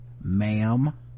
ma'am